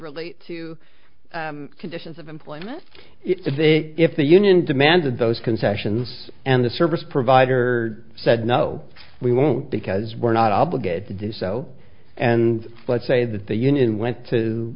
relate to conditions of employment if the union demanded those concessions and the service provider said no we won't because we're not obligated to do so and let's say that the union went to